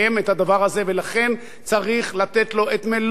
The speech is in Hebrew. וצריך לתת לו את מלוא שימת הלב האישית,